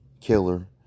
killer